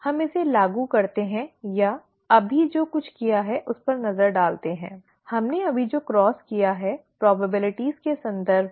हम इसे लागू करते हैं या हम अभी जो कुछ किया है उस पर नजर डालते हैं हमने अभी जो क्रॉस किया है संभावनाओं के संदर्भ में